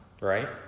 right